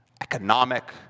economic